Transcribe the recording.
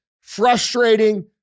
frustrating